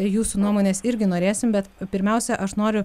jūsų nuomonės irgi norėsim bet pirmiausia aš noriu